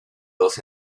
dos